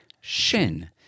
Shin